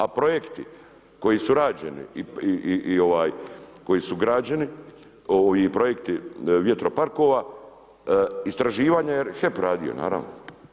A projekti koji su rađeni i koji su građeni i projekti vjetroparkova, istraživanje je HEP radio, naravno.